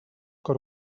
cor